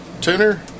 tuner